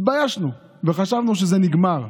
התביישנו, וחשבנו שזה נגמר.